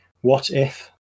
what-if